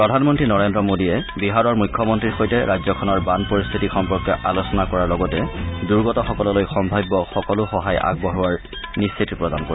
প্ৰধানমন্তী নৰেন্দ্ৰ মোডীয়ে বিহাৰৰ মুখ্যমন্তীৰ সৈতে ৰাজ্যখনৰ বান পৰিস্থিতি সম্পৰ্কে আলোচনা কৰাৰ লগতে দুৰ্গতসকললৈ সম্ভাব্য সকলো সহায় আগবঢ়োৱাৰ নিশ্চিত প্ৰদান কৰে